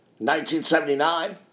1979